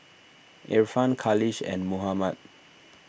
Irfan Khalish and Muhammad